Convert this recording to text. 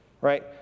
Right